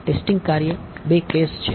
testing કાર્ય બે case છે